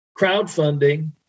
crowdfunding